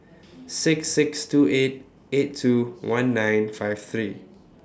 six six two eight eight two one nine five three